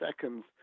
seconds